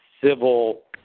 civil